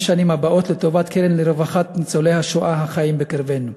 השנים הבאות לטובת קרן לרווחת ניצולי השואה החיים בקרבנו.